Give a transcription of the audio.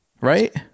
right